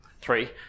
three